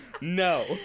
No